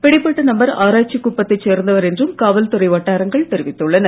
பிடிபட்ட நபர் ஆராய்ச்சிக்குப்பத்தைச் சேர்ந்தவர் என்றும் காவல்துறை வட்டாரங்கள் தெரிவித்துள்ளன